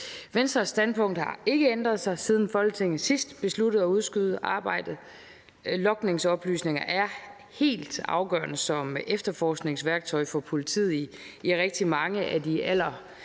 Venstres standpunkt har ikke ændret sig, siden Folketinget sidst besluttede at udskyde arbejdet. Logningsoplysninger er helt afgørende som efterforskningsværktøj for politiet i forbindelse